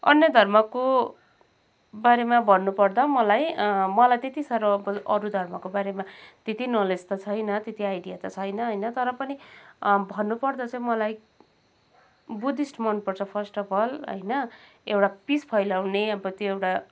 अन्य धर्मको बारेमा भन्नुपर्दा मलाई मलाई त्यति साह्रो अरू धर्मको बारेमा त्यति नलेज त छैन त्यति आइडिया त छैन होइन तर पनि भन्नुपर्दा चाहिँ मलाई बुद्धिस्ट मनपर्छ फर्स्ट अफ् अल होइन एउटा पिस फैलाउने अब त्यो एउटा